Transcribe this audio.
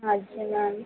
हाँ जी मैम